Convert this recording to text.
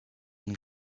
une